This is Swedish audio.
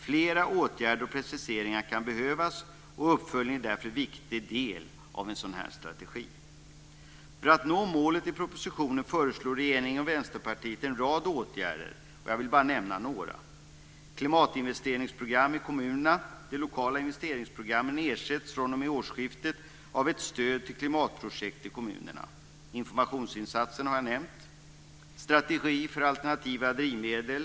Flera åtgärder och preciseringar kan behövas, och uppföljning är därför en viktig del av en sådan strategi. För att nå målet i propositionen föreslår regeringen och Vänsterpartiet en rad åtgärder. Jag vill bara nämna några. Det är klimatinvesteringsprogram i kommunerna. De lokala investeringsprogrammen ersätts fr.o.m. årsskiftet av ett stöd till klimatprojekt i kommunerna. Jag har nämnt informationsinsatser. Det är strategi för alternativa drivmedel.